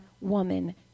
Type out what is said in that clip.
woman